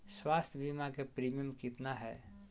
स्वास्थ बीमा के प्रिमियम कितना है?